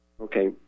Okay